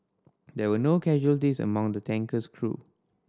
there were no casualties among the tanker's crew